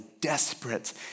desperate